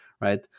right